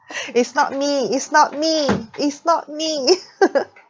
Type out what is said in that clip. it's not me it's not me it's not me